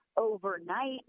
Overnight